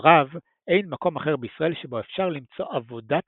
לדבריו אין מקום אחר בישראל שבו אפשר למצוא עבודת